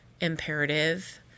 imperative